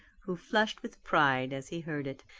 who flushed with pride as he heard it.